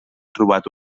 trobat